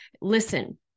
Listen